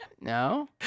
No